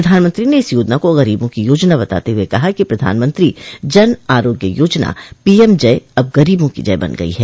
प्रधानमंत्री ने इस योजना को गरीबों की याजना बताते हुए कहा कि प्रधानमंत्री जन आरोग्य योजना पीएम जय अब गरीबों की जय बन गई है